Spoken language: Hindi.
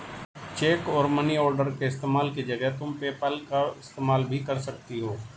चेक और मनी ऑर्डर के इस्तेमाल की जगह तुम पेपैल का इस्तेमाल भी कर सकती हो